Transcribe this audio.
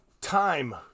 time